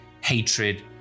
hatred